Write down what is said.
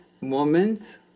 moment